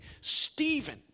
Stephen